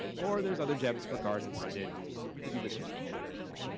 or there's other gems for guard and pundin. you can do this yourself if you need to.